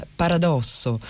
paradosso